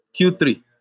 Q3